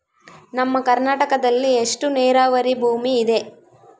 ನಮ್ಮ ಕರ್ನಾಟಕದಲ್ಲಿ ಎಷ್ಟು ನೇರಾವರಿ ಭೂಮಿ ಇದೆ?